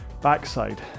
backside